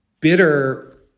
bitter